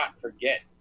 forget